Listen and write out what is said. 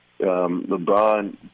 LeBron